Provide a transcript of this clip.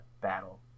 battle